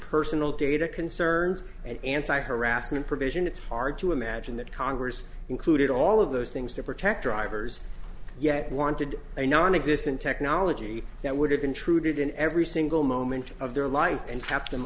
personal data concerns and anti harassment provision it's hard to imagine that congress included all of those things to protect drivers yet wanted a nonexistent technology that would have intruded in every single moment of their life and kept